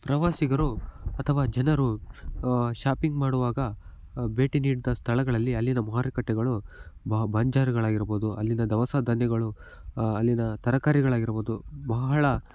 ಪ್ರವಾಸಿಗರು ಅಥವಾ ಜನರು ಶಾಪಿಂಗ್ ಮಾಡುವಾಗ ಭೇಟಿ ನೀಡಿದ ಸ್ಥಳಗಳಲ್ಲಿ ಅಲ್ಲಿನ ಮಾರುಕಟ್ಟೆಗಳು ಬ ಬಂಜರುಗಳಾಗಿರ್ಬೋದು ಅಲ್ಲಿನ ದವಸ ಧಾನ್ಯಗಳು ಅಲ್ಲಿನ ತರಕಾರಿಗಳಾಗಿರ್ಬೋದು ಬಹಳ